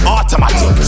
Automatic